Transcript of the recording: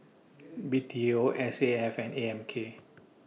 B T O S A F and A M K